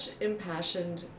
impassioned